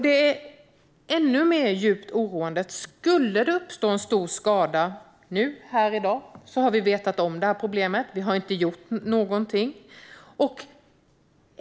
Det är också oroande att skulle det uppstå en stor skada i dag har vi vetat om problemet men inte gjort någonting.